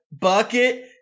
bucket